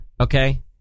okay